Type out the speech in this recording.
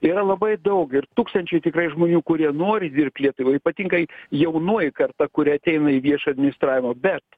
yra labai daug ir tūkstančių tikrai žmonių kurie nori dirbt lietuvai ypatingai jaunoji karta kuri ateina į viešą administravimą bet